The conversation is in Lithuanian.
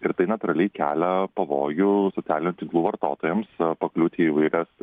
ir tai natūraliai kelia pavojų socialinių tinklų vartotojams pakliūt į įvairias